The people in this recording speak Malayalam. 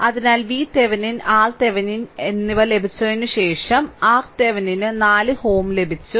അതിനാൽ VThevenin RThevenin എന്നിവ ലഭിച്ചതിന് ശേഷം RThevenin ന് 4Ω ലഭിച്ചു